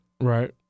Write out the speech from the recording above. Right